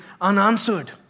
unanswered